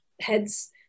heads